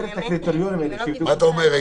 איתן, מה אתה אומר?